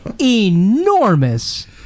enormous